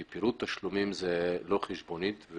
כי פירוט תשלומים זה לא חשבונית.